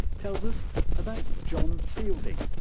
tells us about john fielding,